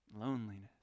Loneliness